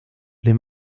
les